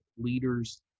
leaders